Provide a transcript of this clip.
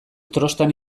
trostan